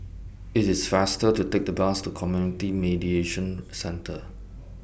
IT IS faster to Take The Bus to Community Mediation Centre